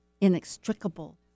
inextricable